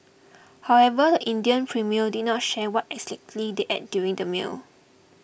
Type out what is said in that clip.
however the Indian Premier did not share what exactly they ate during their meal